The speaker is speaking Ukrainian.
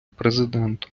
президентом